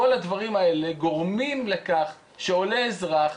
כל הדברים האלה גורמים לכך שעולה אזרח,